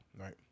right